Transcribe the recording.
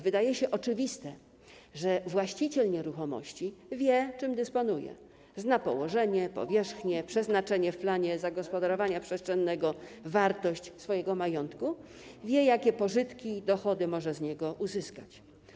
Wydaje się oczywiste, że właściciel nieruchomości wie, czym dysponuje, zna położenie, powierzchnię, przeznaczenie w planie zagospodarowania przestrzennego, wartość swojego majątku, wie, jakie pożytki i dochody może z niego uzyskać.